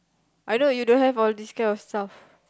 I know you don't have all these kind of stuff